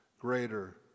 greater